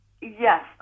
yes